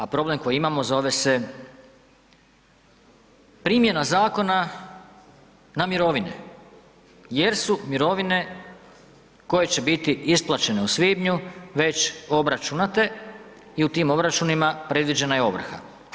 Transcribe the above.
A problem koji imamo zove se primjena zakona na mirovine jer su mirovine koje će biti isplaćene u svibnju već obračunate i u tim obračunima predviđena je ovrha.